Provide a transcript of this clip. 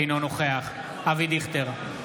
אינו נוכח אבי דיכטר,